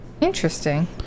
Interesting